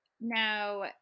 Now